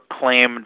claimed